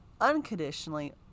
unconditionally